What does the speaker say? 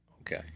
Okay